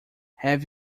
have